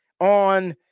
on